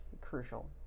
crucial